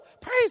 Praise